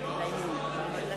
יום שחור לכנסת.